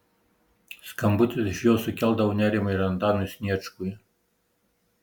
skambutis iš jos sukeldavo nerimo ir antanui sniečkui